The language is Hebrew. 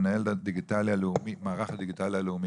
מנהל המערך הדיגיטלי הלאומי.